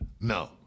No